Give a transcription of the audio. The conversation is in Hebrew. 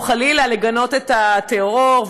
או חלילה לגנות את הטרור,